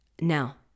Now